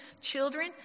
children